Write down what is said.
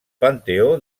panteó